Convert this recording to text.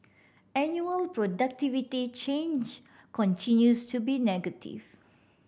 annual productivity change continues to be negative